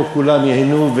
פה כולם ייהנו,